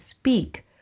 speak